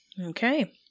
Okay